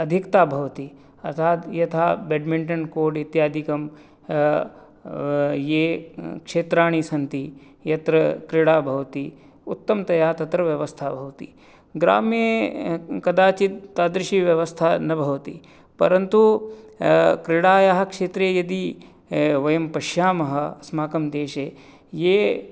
अधिकता भवति अर्थात् यथा बेड्मिण्टन् कोड् इत्याधिकं ये क्षेत्राणि सन्ति यत्र क्रीडा भवति उत्तमतया तत्र व्यवस्था भवति ग्रामे कदाचित् तादृशी व्यवस्था न भवति परन्तु क्रीडायाः क्षेत्रे यदि वयं पश्यामः अस्माकं देशे ये